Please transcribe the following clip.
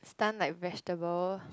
stun like vegetable